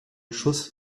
schuss